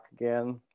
again